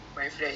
err